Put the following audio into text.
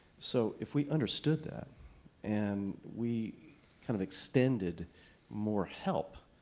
so, if we understood that and we kind of extended more help,